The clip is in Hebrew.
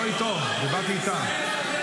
לא איתו, דיברתי איתה.